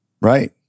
Right